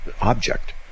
object